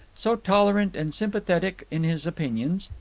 so tolerant and sympathetic in his opinions.